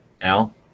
al